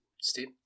steve